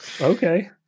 Okay